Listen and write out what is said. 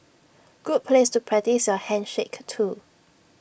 good place to practise your handshake too